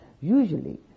Usually